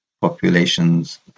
populations